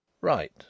Right